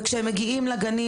וכשהם מגיעים לגנים,